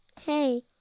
Hey